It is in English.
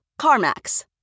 CarMax